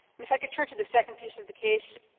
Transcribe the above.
if i could turn to the second piece of the case.